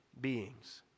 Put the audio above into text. beings